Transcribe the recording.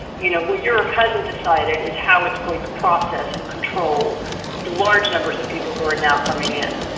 you know, what europe hasn't decided is how it's going to process and control large numbers of people who are now coming in.